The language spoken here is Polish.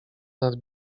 nad